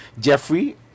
Jeffrey